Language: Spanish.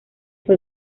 fue